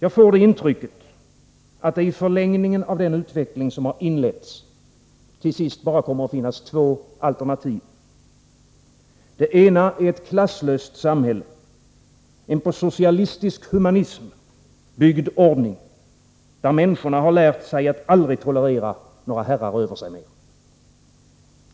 Jag får det intrycket, att det i förlängningen av den utveckling som har inletts till sist bara kommer att finnas två alternativ. Det ena är ett klasslöst samhälle, en på socialistisk humanism byggd ordning, där människorna har lärt sig att aldrig tolerera några herrar över sig mer.